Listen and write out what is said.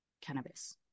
cannabis